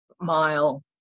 mile